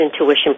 intuition